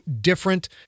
different